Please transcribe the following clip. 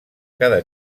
cada